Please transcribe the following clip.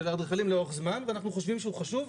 האדריכלים לאורך זמן ואנחנו חושבים שהוא חשוב.